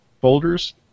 folders